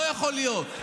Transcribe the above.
לא יכול להיות.